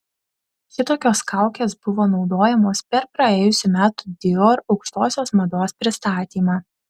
šitokios kaukės buvo naudojamos per praėjusių metų dior aukštosios mados pristatymą